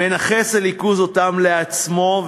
מנכס הליכוד אותם לעצמו.